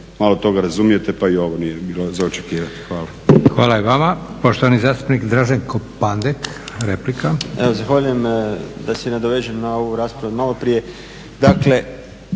malo toga razumijete pa i ovo nije bilo za očekivati. Hvala. **Leko, Josip (SDP)** Hvala i vama. Poštovani zastupnik Draženko Pandek, replika. **Žagar, Tomislav (SDP)** Zahvaljujem. Da se i nadovežem na ovu raspravu malo prije. Dakle,